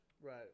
Right